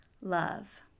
love